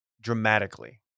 dramatically